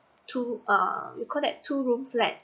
two uh you call that two room flat